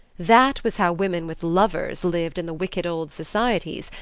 that was how women with lovers lived in the wicked old societies,